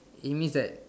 it means that